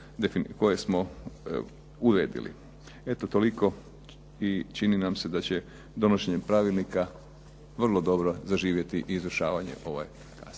koje smo uredili. Eto toliko i čini nam se da će donošenjem pravilnika vrlo dobro zaživjeti izvršavanje ove kazne.